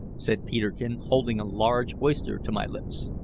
said peterkin, holding a large oyster to my lips.